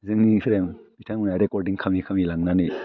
जोंनि प्रेम बिथांमोना रिकर्डिं खामै खामै लांनानै